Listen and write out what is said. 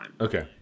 Okay